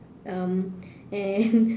um and